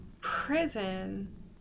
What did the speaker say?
prison